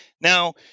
Now